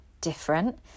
different